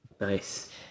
Nice